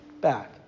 back